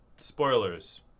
Spoilers